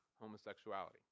homosexuality